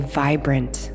vibrant